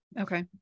Okay